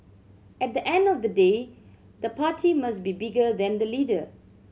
at the end of the day the party must be bigger than the leader